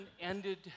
ended